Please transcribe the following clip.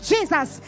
Jesus